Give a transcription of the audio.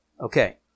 Okay